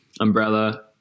umbrella